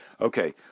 Okay